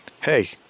hey